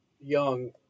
young